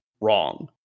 wrong